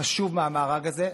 חשוב מהמארג הזה,